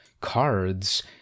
cards